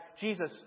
Jesus